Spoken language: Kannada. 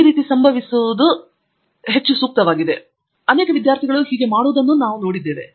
ಇದು ಸಂಭವಿಸುವ ಹೆಚ್ಚು ಪ್ರಾಪಂಚಿಕ ಮಾರ್ಗವಾಗಿದೆ ಅನೇಕ ವಿದ್ಯಾರ್ಥಿಗಳು ಹೀಗೆ ಮಾಡುವುದನ್ನು ನೋಡಿದ್ದೇನೆ